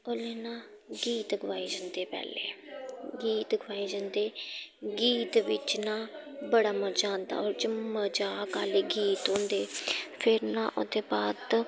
ओल्लै ना गीत गोआए जंदे पैह्लें गीत गोआए जंदे गीत बिच्च ना बड़ा मजा औंदा ओह्दे च मजाक आह्ले गीत होंदे फिर ना ओह्दे बाद